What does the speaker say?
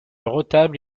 retable